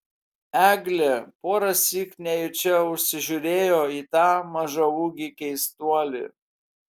eglė porąsyk nejučia užsižiūrėjo į tą mažaūgį keistuolį